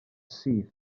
syth